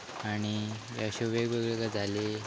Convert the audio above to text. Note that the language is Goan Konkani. आनी अश्यो वेगवेगळ्यो गजाली